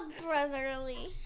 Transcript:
brotherly